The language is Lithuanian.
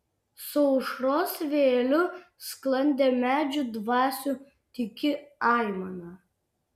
su aušros vėjeliu sklandė medžių dvasių tyki aimana